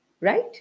right